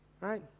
right